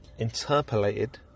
interpolated